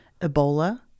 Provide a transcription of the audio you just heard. Ebola